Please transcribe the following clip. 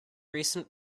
recent